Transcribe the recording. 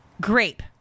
Grape